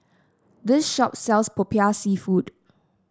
this shop sells popiah seafood